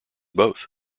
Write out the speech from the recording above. both